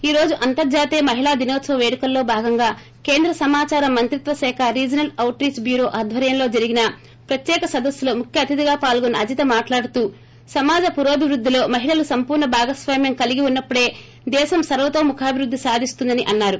ఈ రోజు అంతర్జాతీయ మహిళా దినోత్సవ పేడుకల్లో భాగంగా కేంద్ర సమాచార మంత్రిత్వశాఖ రీజనల్ అవుట్ రీచ్ బ్యూరో ఆద్వర్యంలో జరిగిన ప్రత్యేక సదస్సు లో ముఖ్య అతిధిగా పాల్గొన్న అజిత మాట్లాడుతూ సమాజ పురోభివుద్దిలో మహిళలు సంపూర్ల భాగస్వామ్యం కలిగె ఉన్నప్పుడే దేశం సర్వతోముఖాభివుద్ది సాదిస్తుందని అన్నారు